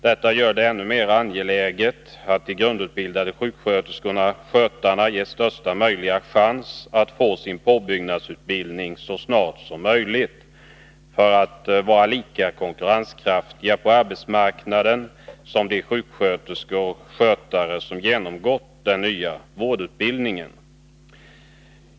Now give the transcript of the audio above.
Detta gör det ännu mer angeläget att de grundutbildade sjuksköterskorna skötare som genomgått den nya vårdutbildningen.